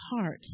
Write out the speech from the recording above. heart